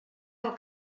del